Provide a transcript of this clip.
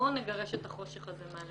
בואו נגרש את החושך הזה מעלינו.